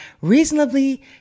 reasonably